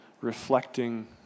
reflecting